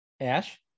Ash